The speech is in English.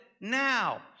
now